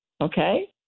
okay